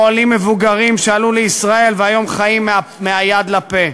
או עולים מבוגרים שעלו לישראל והיום חיים מהיד לפה.